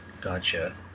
gotcha